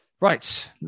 right